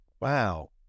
Wow